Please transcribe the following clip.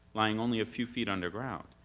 lying only a few feet underground,